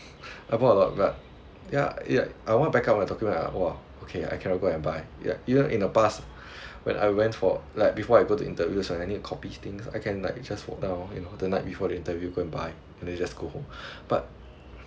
I bought a lot but yeah yeah I want backup my document I like !whoa! okay I cannot go and buy yeah you know in the past when I went for like before I go interviews and I need to copy things I can like just walk down you know the night before the interview go and buy and then just go home but